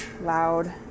loud